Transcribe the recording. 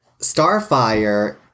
Starfire